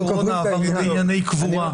הקורונה, עובדות במתכונת מיוחדת.